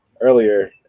earlier